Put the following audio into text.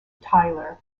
tyler